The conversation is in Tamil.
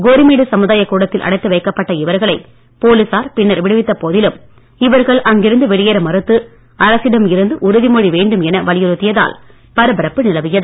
கோரிமேடு சமுதாயக் கூடத்தில் அடைத்து வைக்கப்பட்ட இவர்களை போலீசார் பின்னர் விடுவித்த போதிலும் இவர்கள் அங்கிருந்து வெளியேற மறுத்து அரசிடம் இருந்து உறுதிமொழி வேண்டும் என வலியுறுத்தியதால் பரபரப்பு நிலவியது